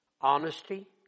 Honesty